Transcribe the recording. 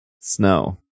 snow